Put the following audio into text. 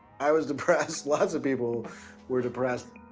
i was depressed, lots of people were depressed.